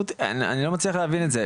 אני לא מצליח להבין את זה,